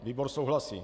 Výbor souhlasí.